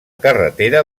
carretera